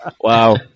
Wow